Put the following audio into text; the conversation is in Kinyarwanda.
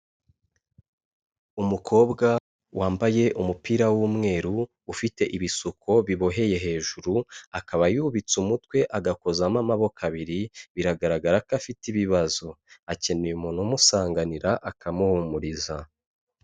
Umukobwa wambaye umupira w'umweru, ufite ibisuko biboheye hejuru, akaba yubitse umutwe agakozamo amaboko abiri, biragaragara ko afite ibibazo. Akeneye umuntu umusanganira akamuhumuriza.